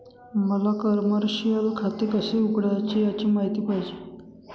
मला कमर्शिअल खाते कसे उघडायचे याची माहिती पाहिजे